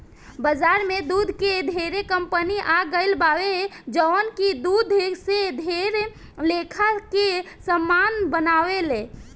बाजार में दूध के ढेरे कंपनी आ गईल बावे जवन की दूध से ढेर लेखा के सामान बनावेले